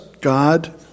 God